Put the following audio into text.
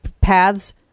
paths